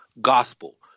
gospel